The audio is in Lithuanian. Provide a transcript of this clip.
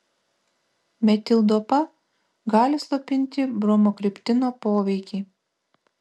metildopa gali slopinti bromokriptino poveikį